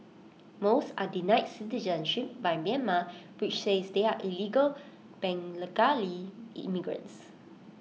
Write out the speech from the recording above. most are denied citizenship by Myanmar which says they are illegal Bengali immigrants